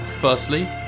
Firstly